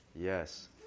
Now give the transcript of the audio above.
Yes